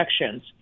injections